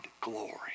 glory